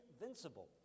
invincible